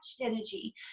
energy